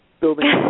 building